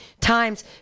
times